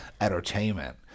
entertainment